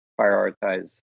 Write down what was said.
prioritize